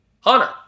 Hunter